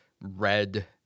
red